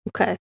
Okay